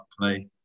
play